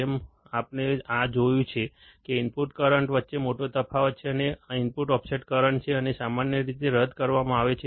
જેમ આપણે આ જોયું છે કે ઇનપુટ કરંટ વચ્ચે મોટો તફાવત છે અને ઇનપુટ ઓફસેટ કરંટ છે અને સામાન્ય રીતે રદ કરવામાં આવે છે